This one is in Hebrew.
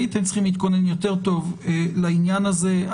הייתם צריכים להתכונן יותר טוב לעניין הזה.